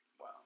wow